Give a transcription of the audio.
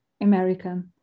American